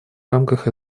рамках